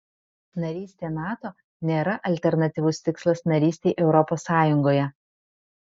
narystė nato nėra alternatyvus tikslas narystei europos sąjungoje